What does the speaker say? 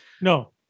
No